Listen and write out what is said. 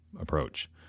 approach